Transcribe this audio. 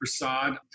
Prasad